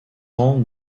ans